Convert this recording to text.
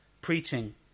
preaching